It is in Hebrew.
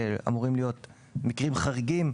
שאמורים להיות מקרים חריגים,